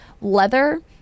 leather